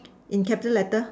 in capital letter